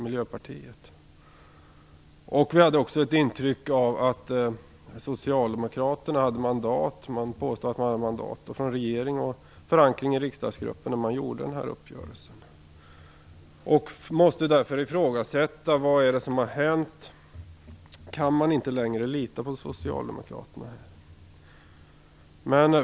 Vi hade fått det intrycket att socialdemokraterna hade mandat - man påstod det - från regeringen och förankring i riksdagsgruppen för att träffa en uppgörelse. Jag måste därför fråga vad som hänt. Kan man inte längre lita på socialdemokraterna?